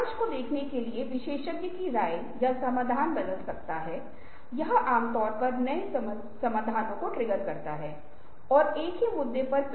तार्किक और सकारात्मक अब आप किसी तरह का काम कर रहे हैं ठीक है यह काम करेगा भले ही यह काम न करे यह अभी भी तार्किक है